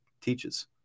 teaches